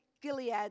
Gilead